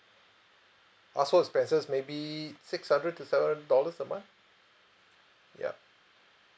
household expenses maybe six hundred to seven hundred dollars a month ya